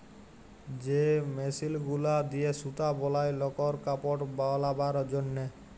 যে মেশিল গুলা দিয়ে সুতা বলায় লকর কাপড় বালাবার জনহে